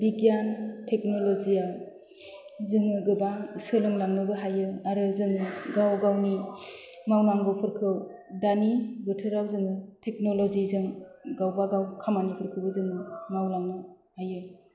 बिगियान टेक्नल'जिआ जोङो गोबां सोलोंलांनोबो हायो आरो जोङो गाव गावनि मावनांगौफोरखौ दानि बोथोराव जोङो टेक्नल'जिजों गावबागाव खामानिफोरखौबो जोङो मावलांनो हायो